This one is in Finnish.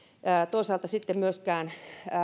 toisaalta sitten myöskään